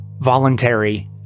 voluntary